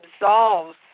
absolves